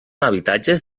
habitatges